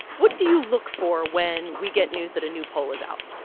what do you look for when we get news that a new poll is out?